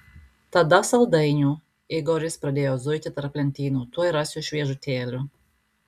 tada saldainių igoris pradėjo zuiti tarp lentynų tuoj rasiu šviežutėlių